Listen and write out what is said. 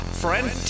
friend